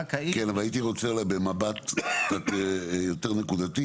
כן, אבל הייתי רוצה במבט יותר נקודתי.